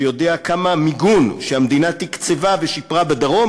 שיודע כמה המיגון שהמדינה תקצבה ושיפרה בדרום